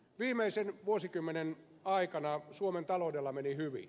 viimeisen vuosikymmenen aikana suomen taloudella meni hyvin